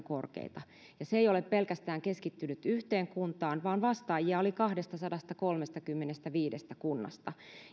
korkeita ja se ei ole keskittynyt pelkästään yhteen kuntaan vaan vastaajia oli kahdestasadastakolmestakymmenestäviidestä kunnasta